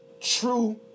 true